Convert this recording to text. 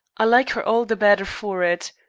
i like her all the better for it.